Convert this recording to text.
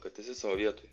kad esi savo vietoj